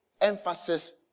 emphasis